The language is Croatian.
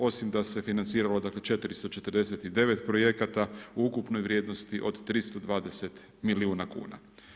Osim da se financiralo dakle 449 projekata u ukupnoj vrijednosti od 320 milijuna kuna.